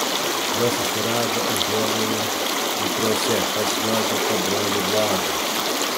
jos susirado užuovėją vepriuose pas juozapo brolį vladą